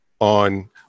on